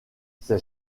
ces